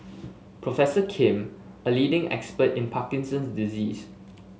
professor Kim a leading expert in Parkinson's disease